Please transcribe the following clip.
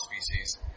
species